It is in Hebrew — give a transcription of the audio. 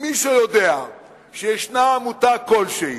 אם מישהו יודע שיש עמותה כלשהי